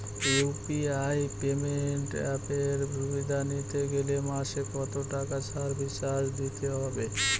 UPI payment অ্যাপের সুবিধা নিতে গেলে মাসে কত টাকা সার্ভিস চার্জ দিতে হবে?